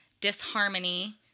disharmony